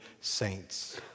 saints